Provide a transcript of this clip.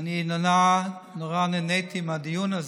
אני נורא נורא נהניתי מהדיון הזה,